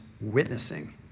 witnessing